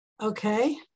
okay